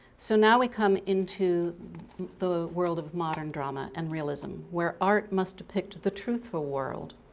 so now we come into the world of modern drama and realism, where art must depict the truthful world.